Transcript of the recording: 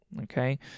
Okay